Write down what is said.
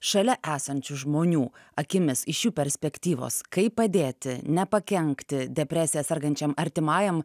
šalia esančių žmonių akimis iš jų perspektyvos kaip padėti nepakenkti depresija sergančiam artimajam